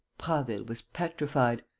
prasville was petrified.